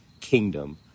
kingdom